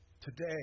today